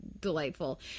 delightful